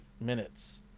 minutes